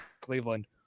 Cleveland